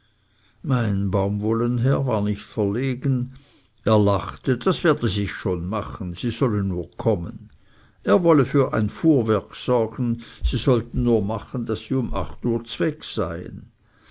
mein baumwollenherr war nicht verlegen er lachte das werde sich schon machen sie solle nur kommen er wolle für ein fuhrwerk sorgen sie sollten nur machen daß sie um acht uhr zweg seien